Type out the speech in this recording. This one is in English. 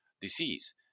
disease